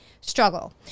struggle